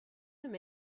them